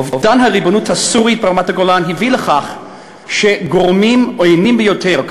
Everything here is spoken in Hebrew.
אובדן הריבונות הסורית ברמת-הגולן הביא לכך שגורמים עוינים ביותר,